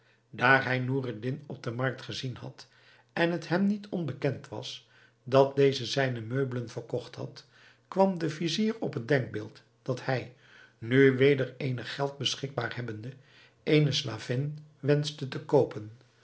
hij noureddin op de markt gezien had en het hem niet onbekend was dat deze zijne meubelen verkocht had kwam de vizier op het denkbeeld dat hij nu weder eenig geld beschikbaar hebbende eene slavin wenschte te koopen